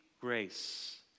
grace